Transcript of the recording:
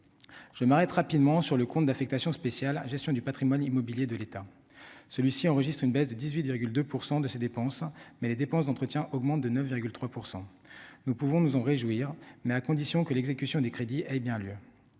je m'arrête rapidement sur le compte d'affectation spéciale Gestion du Patrimoine immobilier de l'État, celui-ci enregistre une baisse de 18,2 % de ses dépenses, mais les dépenses d'entretien augmentent de 9,3 % nous pouvons nous en réjouir, mais à condition que l'exécution des crédits et bien lieu